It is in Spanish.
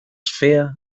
fea